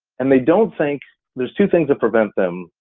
and they don't think there's two things that prevent them,